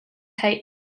theih